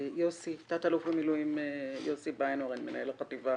תת-אלוף במילואים יוסי ביינהורן, מנהל החטיבה